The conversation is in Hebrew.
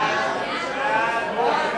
סעיפים 1 6